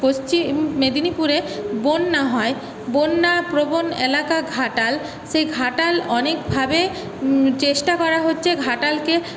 পশ্চিম মেদিনীপুরে বন্যা হয় বন্যাপ্রবণ এলাকা ঘাটাল সেই ঘাটাল অনেকভাবে চেষ্টা করা হচ্ছে ঘাটালকে